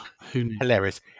Hilarious